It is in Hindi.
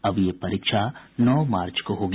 अब ये परीक्षा नौ मार्च को होगी